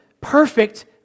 perfect